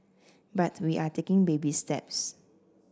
but we are taking baby steps